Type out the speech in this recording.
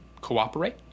cooperate